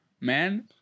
man